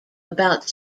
about